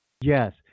Yes